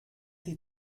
die